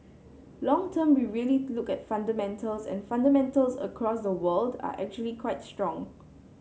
long term we really look at fundamentals and fundamentals across the world are actually quite strong